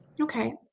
Okay